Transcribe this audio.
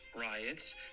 riots